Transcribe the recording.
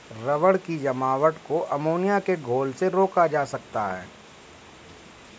rubber की जमावट को अमोनिया के घोल से रोका जा सकता है